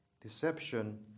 Deception